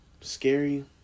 scary